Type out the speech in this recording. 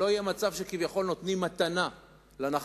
שלא יהיה מצב שכביכול נותנים מתנה לנחלות